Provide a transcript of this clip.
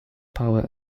power